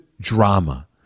drama